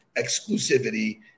exclusivity